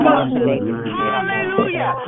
Hallelujah